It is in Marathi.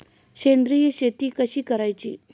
सेंद्रिय शेती कशी करायची?